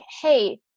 Hey